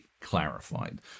clarified